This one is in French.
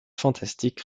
fantastique